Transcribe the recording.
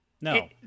No